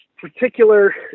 particular